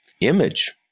image